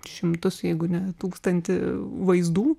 šimtus jeigu ne tūkstantį vaizdų